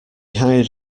hired